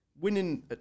winning